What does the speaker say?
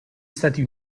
stati